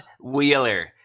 Wheeler